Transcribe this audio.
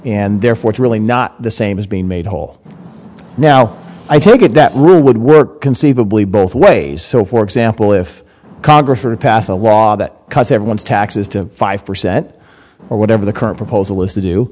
and therefore it's really not the same as being made whole now i think and that rule would work conceivably both ways so for example if congress were to pass a law that because everyone's taxes to five percent or whatever the current proposal is to